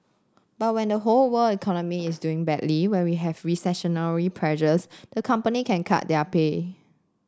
but when the whole world economy is doing badly when we have recessionary pressures the company can cut their pay